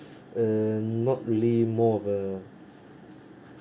uh not really more of a